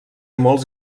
molts